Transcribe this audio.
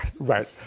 Right